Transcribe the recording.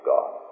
God